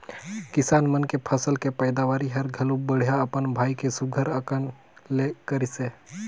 किसान मन के फसल के पैदावरी हर घलो बड़िहा अपन भाई के सुग्घर अकन ले करिसे